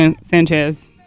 Sanchez